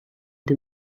the